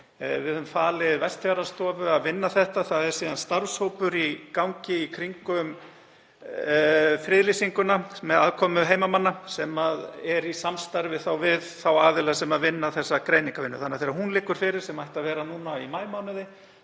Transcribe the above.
Við höfum falið Vestfjarðarstofu að vinna það. Það er síðan starfshópur í gangi í kringum friðlýsinguna með aðkomu heimamanna sem er í samstarfi við þá aðila sem vinna þessa greiningarvinnu. Þegar hún liggur fyrir, sem ætti að vera núna í maímánuði,